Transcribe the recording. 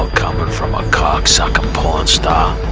coming from a cocksucking porn star